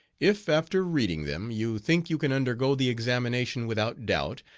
if after reading them you think you can undergo the examination without doubt,